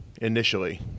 initially